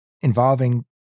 involving